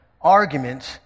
arguments